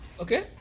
Okay